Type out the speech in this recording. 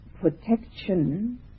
protection